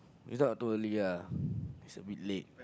it's not too early ah it's a bit late